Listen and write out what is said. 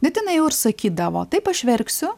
bet jinai jau ir sakydavo taip aš verksiu